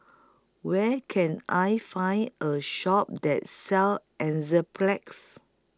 Where Can I Find A Shop that sells Enzyplex